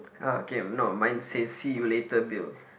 uh okay no mine says see you later Bill